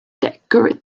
decorate